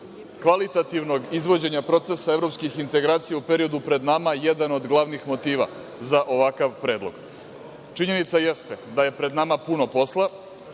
kvalitativnog izvođenja procesa evropskih integracija u periodu pred nama jedan od glavnih motiva za ovakav predlog. Činjenica jeste da je pred nama puno posla